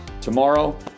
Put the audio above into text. Tomorrow